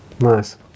Nice